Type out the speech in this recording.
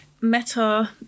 meta